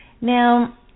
now